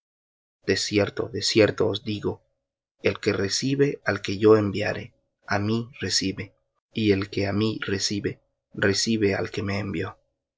de cierto os digo el que recibe al que yo enviare á mí recibe y el que á mí recibe recibe al que me envió